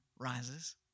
rises